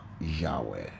Yahweh